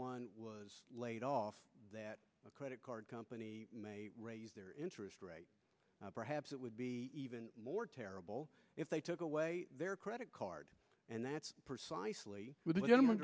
one was laid off that a credit card company may raise their interest rate perhaps it would be even more terrible if they took away their credit card and that's precisely